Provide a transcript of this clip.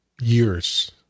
years